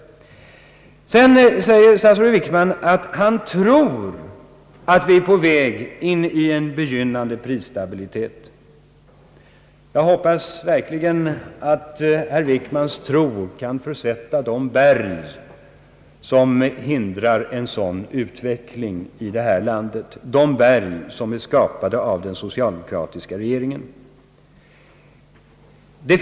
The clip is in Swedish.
Statsrådet Wickman säger att han tror att vi är på väg in i en begynnande prisstabilitet. Jag hoppas verkligen att herr Wickmans tro kan för sätta de berg som hindrar en sådan utveckling i det här landet — de berg som är skapade av den socialdemokratiska regeringen.